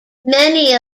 many